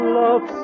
love